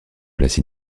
place